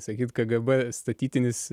sakyt kgb statytinis